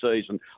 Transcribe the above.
season